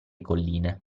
colline